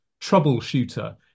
troubleshooter